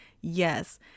Yes